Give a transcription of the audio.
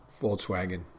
Volkswagen